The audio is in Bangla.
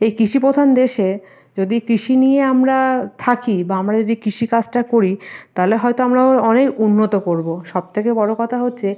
এই কৃষিপ্রধান দেশে যদি কৃষি নিয়ে আমরা থাকি বা আমরা যদি কৃষিকাজটা করি তাহলে হয়তো আমরা ওর অনেক উন্নত করব সবথেকে বড় কথা হচ্ছে